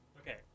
okay